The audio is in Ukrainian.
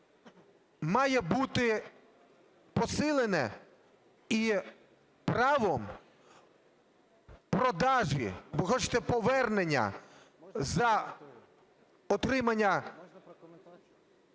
має бути посилене і правом продажу або повернення за отримання